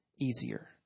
easier